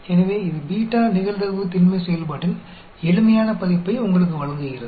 எனவே இது பீட்டா நிகழ்தகவு திண்மை செயல்பாட்டின் எளிமையான பதிப்பை உங்களுக்கு வழங்குகிறது